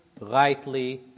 rightly